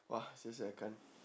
!wah! seriously I can't